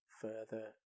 further